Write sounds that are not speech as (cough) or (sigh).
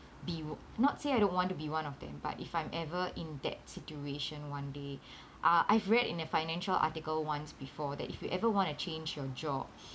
be o~ not say I don't want to be one of them but if I'm ever in that situation one day (breath) uh I've read in a financial article once before that if you ever want to change your job